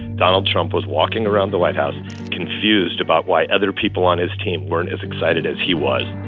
donald trump was walking around the white house confused about why other people on his team weren't as excited as he was.